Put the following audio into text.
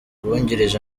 uwungirije